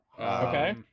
Okay